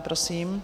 Prosím.